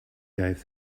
gave